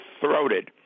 throated